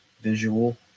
visual